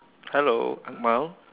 hello mile